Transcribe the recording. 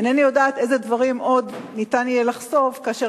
אינני יודעת איזה דברים עוד ניתן יהיה לחשוף כאשר